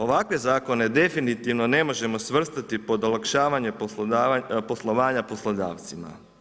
Ovakve zakone definitivno ne možemo svrstati pod olakšavanje poslovanja poslodavca.